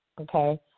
okay